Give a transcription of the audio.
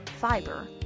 fiber